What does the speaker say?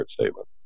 statement